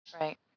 Right